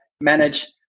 manage